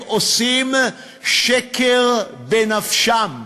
הם עושים שקר בנפשם.